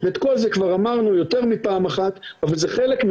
וזה כולם יסכימו איתי,